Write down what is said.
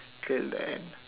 till the end